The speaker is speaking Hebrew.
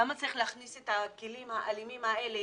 למה צריך להכניס את הכלים האלימים האלה